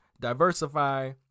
diversify